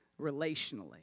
relationally